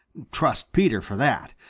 trust peter for that!